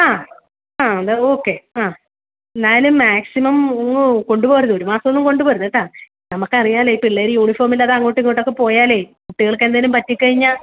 ആ ആ ഓക്കേ ആ എന്തായാലും മാക്സിമം കൊണ്ടുപോകരുത് ഒരു മാസമൊന്നും കൊണ്ടുപോകരുത് കേട്ടോ നമുക്കറിയാലോ ഈ പിള്ളേർ യൂണിഫോമില്ലാതെ അങ്ങോട്ടിങ്ങോട്ടൊക്കെ പോയാലെ കുട്ടികൾക്കെന്തെലും പറ്റി കഴിഞ്ഞാൽ